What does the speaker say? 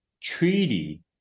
treaty